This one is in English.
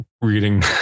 reading